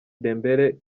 dembele